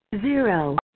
Zero